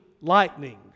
lightning